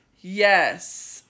Yes